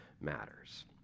matters